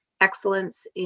excellence